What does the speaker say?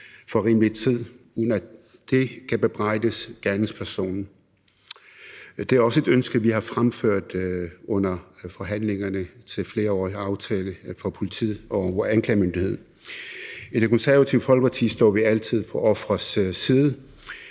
for rimelig tid, uden at det kan bebrejdes gerningspersonen. Det er også et ønske, vi har fremført under forhandlingerne om flerårsaftalen for politiet og anklagemyndigheden. I Det Konservative Folkeparti står vi altid på offerets side.